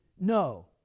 no